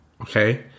Okay